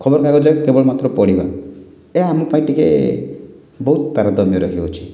ଖବରକାଗଜରେ କେବଳ ମାତ୍ର ପଢ଼ିବା ଏହା ଆମ ପାଇଁ ଟିକେ ବହୁତ ତାରତମ୍ୟ ରହିଅଛି